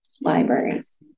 libraries